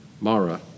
Mara